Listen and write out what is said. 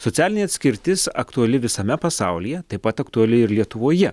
socialinė atskirtis aktuali visame pasaulyje taip pat aktuali ir lietuvoje